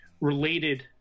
related